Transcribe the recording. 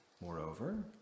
Moreover